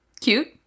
Cute